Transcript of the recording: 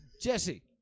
Jesse